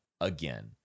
again